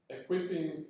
equipping